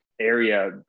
area